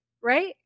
Right